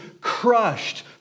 crushed